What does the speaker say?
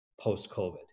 post-COVID